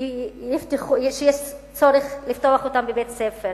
יש צורך לפתוח בבית-הספר.